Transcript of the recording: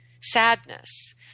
Sadness